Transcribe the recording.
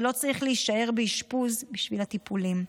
אבל לא צריך להישאר באשפוז בשביל הטיפולים.